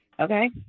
Okay